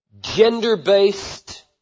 gender-based